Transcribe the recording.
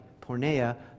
Pornea